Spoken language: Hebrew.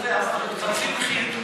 כשזה הפך להיות חצי מחיר,